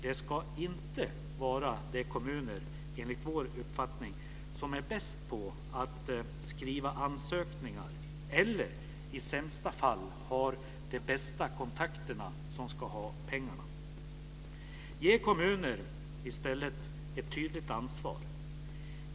Det ska enligt vår uppfattning inte vara de kommuner som är bäst på att skriva ansökningar eller i sämsta fall har de bästa kontakterna som ska ha pengarna. Ge i stället kommunerna ett tydligt ansvar.